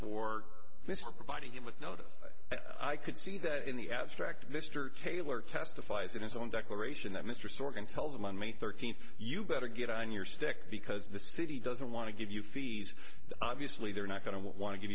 for providing him with notice i could see that in the abstract mr taylor testifies in his own declaration that mr sorkin tells him on may thirteenth you better get on your stick because the city doesn't want to give you fees obviously they're not going to want to give